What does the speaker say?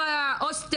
לא היה הוסטל,